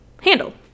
handle